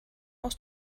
aus